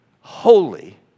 holy